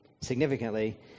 significantly